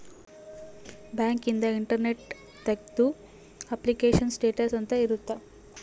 bank ಇಂದು internet ನ್ಯಾಗ ತೆಗ್ದು ಅಪ್ಲಿಕೇಶನ್ ಸ್ಟೇಟಸ್ ಅಂತ ಇರುತ್ತ